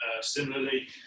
Similarly